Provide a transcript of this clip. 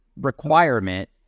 requirement